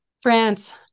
France